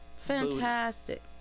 Fantastic